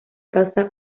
causa